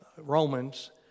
Romans